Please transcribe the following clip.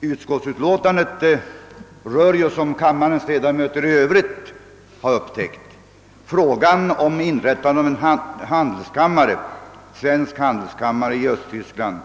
Utrikesutskottets utlåtande nr 11 rör, såsom kammarens ledamöter i övrigt torde ha upptäckt, frågan om inrättande av en svensk handelskammare i Östtyskland